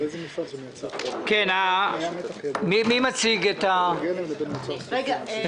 מי מציג את הנושא?